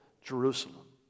Jerusalem